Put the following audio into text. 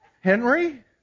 Henry